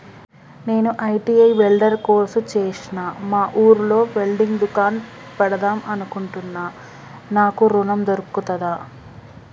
నేను ITI welder course చేశ్న మా ఊర్లో వెల్డింగ్ దుకాన్ పెడదాం అనుకుంటున్నా నాకు ఋణం దొర్కుతదా?